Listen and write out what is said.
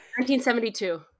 1972